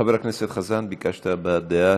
חבר הכנסת חזן, ביקשת הבעת דעה.